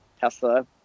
tesla